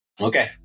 Okay